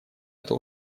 эта